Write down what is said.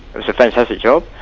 it was a fantastic job,